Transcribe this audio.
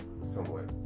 somewhat